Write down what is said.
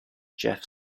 geoff